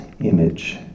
image